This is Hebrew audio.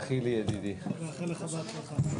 חילי, ידידי, בבקשה.